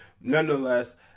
Nonetheless